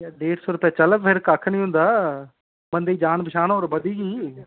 डेढ़ सौ रपेआ चल फेर कक्ख नी होंदा बंदे दी जान पंछान होर बधी गेई